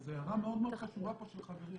זו הערה חשובה מאוד של חברי,